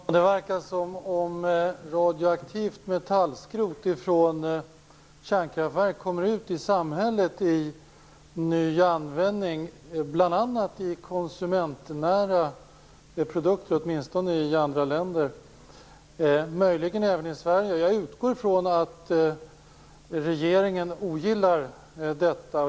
Fru talman! Det verkar som om radioaktivt metallskrot från kärnkraftverk kommer ut i samhället för ny användning, bl.a. i konsumentnära produkter, åtminstone i andra länder och möjligen även i Sverige. Jag utgår ifrån att regeringen ogillar detta.